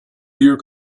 your